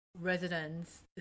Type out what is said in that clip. residents